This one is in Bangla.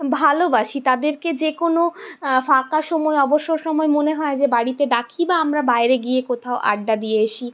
ভালোবাসি তাদেরকে যে কোনো ফাঁকা সময় অবসর সময় মনে হয় যে বাড়িতে ডাকি বা আমরা বাইরে গিয়ে কোথাও আড্ডা দিয়ে আসি